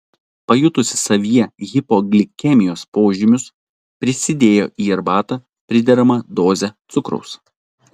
pajutusi savyje hipoglikemijos požymius prisidėjo į arbatą prideramą dozę cukraus